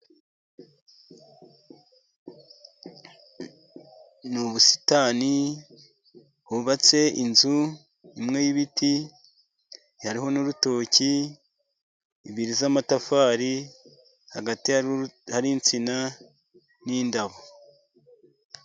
Ni ubusitani, hubatse inzu imwe y'ibiti, hariho n'urutoki, ebyiri z'amatafari, hagati hari insina n'indabo.